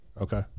Okay